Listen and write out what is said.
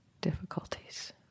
difficulties